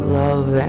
love